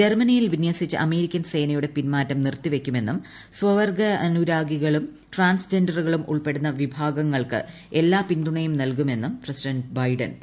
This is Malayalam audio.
ജർമനിയിൽ ്വിന്യസിച്ച അമേരിക്കൻ സേനയുടെ പിന്മാറ്റം കൃതിക്കുന്നിർത്തിവയ്ക്കുമെന്നും സ്വവർഗ്ഗനുരാഗികളും ട്രാൻസ്ജെൻഡറുകളും ഉൾപ്പെടുന്ന വിഭാഗങ്ങൾക്ക് എല്ലാ പിന്തൂണയും നൽകുമെന്നും പ്രസിഡന്റ് ബൈഡൻ പറഞ്ഞു